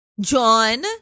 John